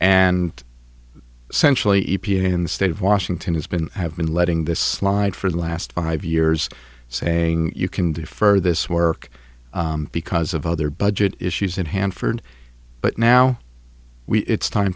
and sensually e p a in the state of washington has been have been letting this slide for the last five years saying you can defer this work because of other budget issues and hanford but now it's time